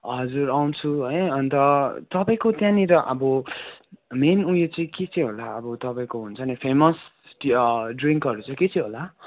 हजुर आउँछु है अन्त तपाईँको त्यहाँनिर अब मेन उयो चाहिँ के चाहिँं होला अब तपाईँको हुन्छ नि फेमस टी ड्रिन्कहरू चाहिँ के चाहिँ होला